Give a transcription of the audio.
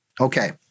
Okay